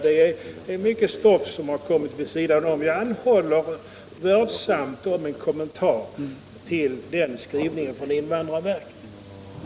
Det är mycket stoff som hamnat vid sidan om. Jag anhåller om en kommentar till den skrivningen från invandrarverket.